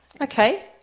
Okay